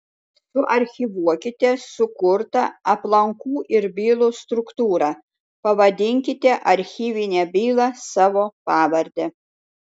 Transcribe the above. suarchyvuokite sukurtą aplankų ir bylų struktūrą pavadinkite archyvinę bylą savo pavarde